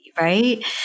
Right